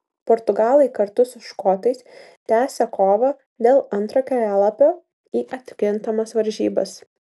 portugalai kartu su škotais tęsią kovą dėl antro kelialapio į atkrintamas varžybas